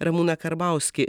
ramūną karbauskį